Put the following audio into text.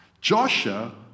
Joshua